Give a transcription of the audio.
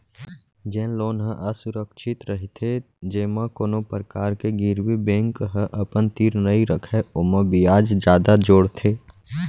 जेन लोन ह असुरक्छित रहिथे जेमा कोनो परकार के गिरवी बेंक ह अपन तीर नइ रखय ओमा बियाज जादा जोड़थे